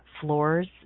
floors